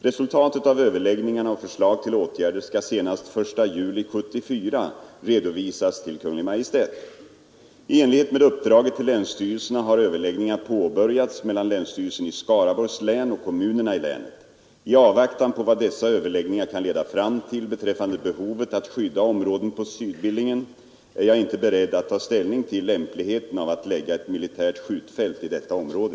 Resultatet av överläggningarna och förslag till åtgärder skall senast den 1 juli 1974 redovisas till Kungl. Maj:t. I enlighet med uppdraget till länsstyrelserna har överläggningar påbörjats mellan länsstyrelsen i Skaraborgs län och kommunerna i länet. I avvaktan på vad dessa överläggningar kan leda fram till beträffande behovet att skydda områden på Sydbillingen är jag inte beredd att ta ställning till lämpligheten av att lägga ett militärt skjutfält i detta område.